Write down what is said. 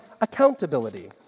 accountability